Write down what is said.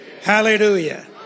Hallelujah